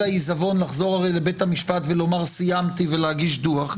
העיזבון לחזור לבית המשפט ולומר "סיימתי" ולהגיש דו"ח.